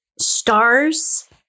stars